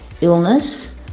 illness